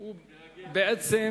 הוא בעצם